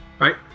right